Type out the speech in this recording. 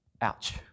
Ouch